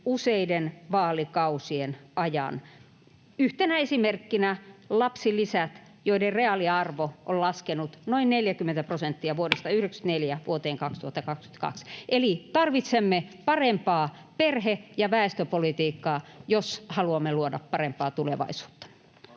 useiden vaalikausien ajan, yhtenä esimerkkinä lapsilisät, joiden reaaliarvo on laskenut noin 40 prosenttia vuodesta 94 vuoteen 2022. Eli tarvitsemme parempaa perhe- ja väestöpolitiikkaa, jos haluamme luoda parempaa tulevaisuutta.